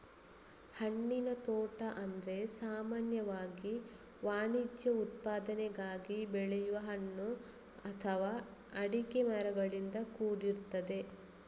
ಹಣ್ಣಿನ ತೋಟ ಅಂದ್ರೆ ಸಾಮಾನ್ಯವಾಗಿ ವಾಣಿಜ್ಯ ಉತ್ಪಾದನೆಗಾಗಿ ಬೆಳೆಯುವ ಹಣ್ಣು ಅಥವಾ ಅಡಿಕೆ ಮರಗಳಿಂದ ಕೂಡಿರ್ತದೆ